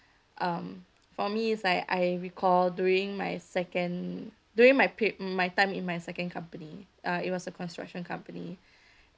um for me is like I recall during my second during my pe~ my time in my second company uh it was a construction company